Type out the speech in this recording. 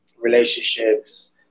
relationships